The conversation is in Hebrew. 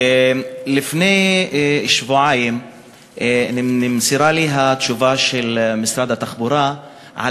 לפני שבועיים נמסרה לי התשובה של משרד התחבורה על